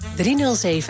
307